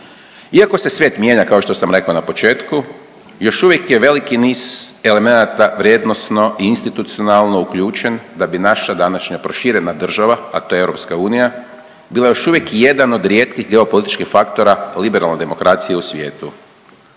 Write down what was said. Iako je svijet mijenja, kao što sam rekao na početku, još uvijek je veliki niz elemenata vrijednosno i institucionalno uključen da bi naša današnja proširena država, a to je EU, bila još uvijek jedan od rijetkih geopolitičkih faktora liberalne demokracije u svijetu.